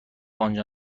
آنجا